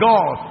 God